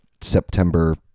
September